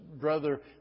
brother